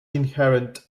inherent